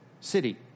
city